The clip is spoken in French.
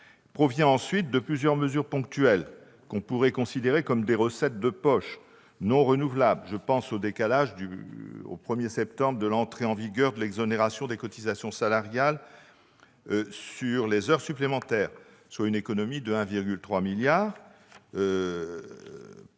est ensuite lié à plusieurs mesures ponctuelles, que l'on pourrait considérer comme des « recettes de poche », non renouvelables. Je pense au décalage, au 1 septembre, de l'entrée en vigueur de l'exonération des cotisations salariales sur les heures supplémentaires, soit une économie de 1,3 milliard d'euros